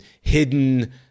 hidden